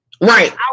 right